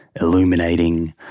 illuminating